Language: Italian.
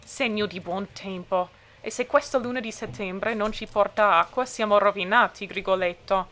segno di buon tempo e se questa luna di settembre non ci porta acqua siamo rovinati grigoletto